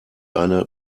eine